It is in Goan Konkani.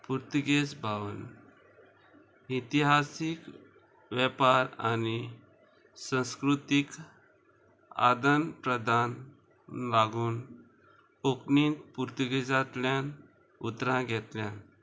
पुर्तुगेज भावन इतिहासीक वेपार आनी संस्कृतीक आदन प्रदान लागून कोंकणीन पुर्तुगेजांतल्यान उतरां घेतल्या